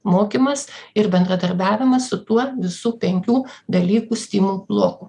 mokymas ir bendradarbiavimas su tuo visų penkių dalykų stimų blokų